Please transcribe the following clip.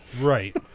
Right